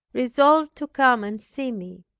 resolved to come and see me.